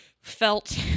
Felt